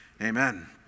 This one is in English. Amen